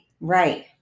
right